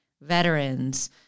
veterans